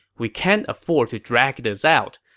we can't afford to drag this out.